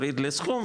תוריד לי סכום,